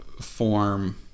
form